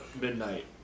Midnight